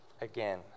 again